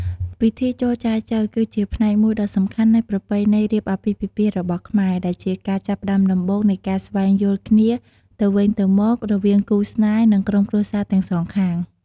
ពិធីចូលចែចូវ គឺជាផ្នែកមួយដ៏សំខាន់នៃប្រពៃណីរៀបអាពាហ៍ពិពាហ៍របស់ខ្មែរ ដែលជាការចាប់ផ្ដើមដំបូងនៃការស្វែងយល់គ្នាទៅវិញទៅមករវាងគូស្នេហ៍ និងក្រុមគ្រួសារទាំងសងខាង។